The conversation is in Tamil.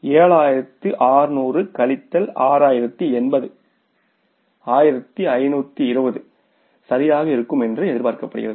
7600 கழித்தல் 6080 1520 சரியாக இருக்கும் என்று எதிர்பார்க்கப்பட்டது